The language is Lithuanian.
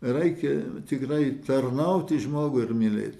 reikia tikrai tarnauti žmogui ir mylėti